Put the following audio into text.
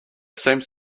seems